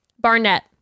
Barnett